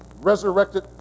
resurrected